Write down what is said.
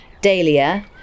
dahlia